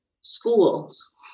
schools